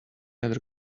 other